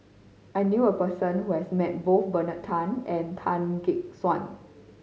I knew a person who has met both Bernard Tan and Tan Gek Suan